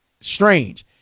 Strange